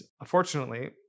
unfortunately